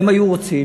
הם היו רוצים